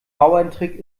bauerntrick